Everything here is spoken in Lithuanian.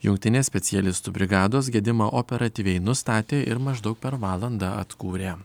jungtinė specialistų brigados gedimą operatyviai nustatė ir maždaug per valandą atkūrė